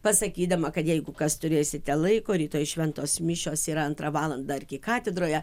pasakydama kad jeigu kas turėsite laiko rytoj šventos mišios yra antrą valandą arkikatedroje